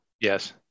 Yes